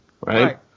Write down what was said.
right